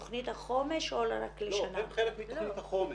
פתחנו לפני חודש בצורה חגיגית מרכז ראשון,